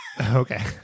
Okay